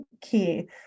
key